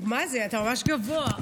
השרה גולן, השרה גולן, אנא ממך.